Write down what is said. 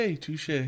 touche